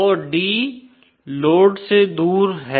तो d load से दूर है